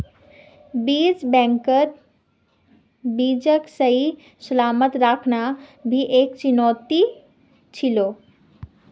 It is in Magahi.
बीज बैंकत बीजक सही सलामत रखना भी एकता चुनौती छिको